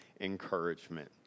encouragement